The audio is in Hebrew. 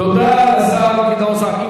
תודה לשר גדעון סער.